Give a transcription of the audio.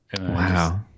Wow